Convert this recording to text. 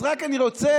אז רק אני רוצה,